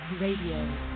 radio